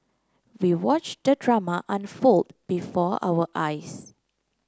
we watch the drama unfold before our eyes